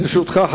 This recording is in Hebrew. לרשותך,